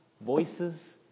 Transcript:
voices